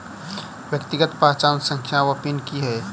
व्यक्तिगत पहचान संख्या वा पिन की है?